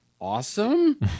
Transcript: awesome